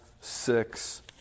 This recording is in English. six